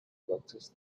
boxes